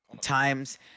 times